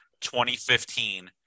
2015